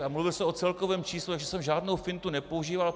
A mluvil jsem o celkovém čísle, takže jsem žádnou fintu nepoužíval.